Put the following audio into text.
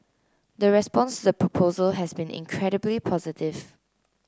the response to the proposal has been incredibly positive